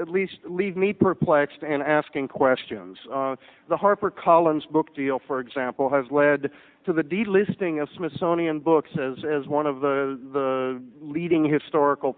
at least leave me perplexed and asking questions the harper collins book deal for example has led to the delisting of smithsonian books as as one of the leading historical